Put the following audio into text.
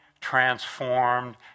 transformed